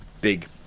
big